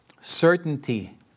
certainty